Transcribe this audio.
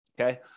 Okay